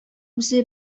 үзе